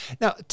Now